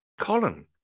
Colin